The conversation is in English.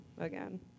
again